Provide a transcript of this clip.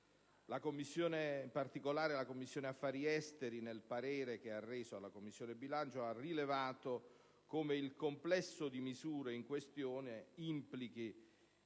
La Commissione affari esteri, in particolare, nel parere che ha reso alla Commissione bilancio, ha rilevato come il complesso di misure in questione implichi,